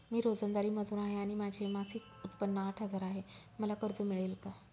मी रोजंदारी मजूर आहे आणि माझे मासिक उत्त्पन्न आठ हजार आहे, मला कर्ज मिळेल का?